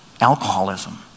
alcoholism